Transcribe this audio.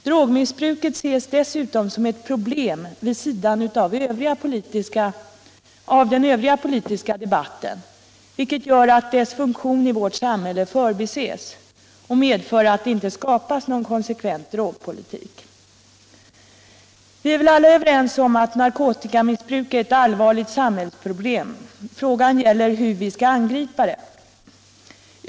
Drogmissbruket ses dessutom som ett problem vid sidan av den övriga politiska debatten, vilket gör att dess funktion i vårt samhälle förbises. Detta medför i sin tur att det inte skapas någon konsekvent drogpolitik. Vi är väl alla överens om att narkotikamissbruk är ett allvarligt samhällsproblem — frågan gäller hur vi skall angripa det.